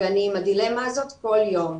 ואני עם הדילמה הזאת כל יום.